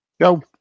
Go